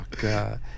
God